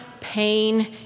pain